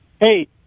hey